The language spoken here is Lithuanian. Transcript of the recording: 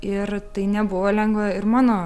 ir tai nebuvo lengva ir mano